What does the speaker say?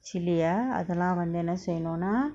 chilli ah அதலா வந்து என்ன செய்யனுனா:athala vanthu enna seiyanuna